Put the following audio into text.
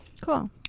Cool